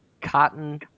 cotton